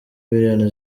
imiliyoni